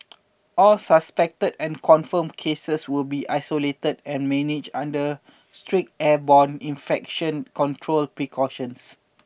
all suspected and confirmed cases will be isolated and managed under strict airborne infection control precautions